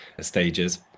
stages